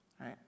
right